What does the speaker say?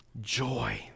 Joy